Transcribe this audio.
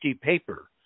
paper